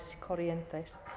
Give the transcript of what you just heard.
corrientes